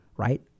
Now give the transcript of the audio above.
right